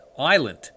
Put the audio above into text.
island